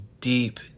deep